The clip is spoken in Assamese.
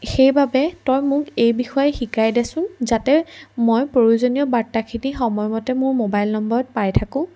সেইবাবে তই মোক এই বিষয়ে শিকাই দেচোন যাতে মই প্ৰয়োজনীয় বাৰ্তাখিনি সময়মতে মোৰ মোবাইল নম্বৰত পাই থাকোঁ